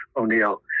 O'Neill